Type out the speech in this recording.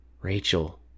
Rachel